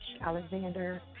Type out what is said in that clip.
Alexander